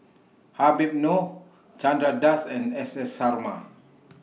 Habib Noh Chandra Das and S S Sarma